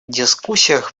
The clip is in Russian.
дискуссиях